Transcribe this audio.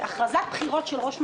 הכרזת בחירות של ראש ממשלה,